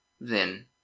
Then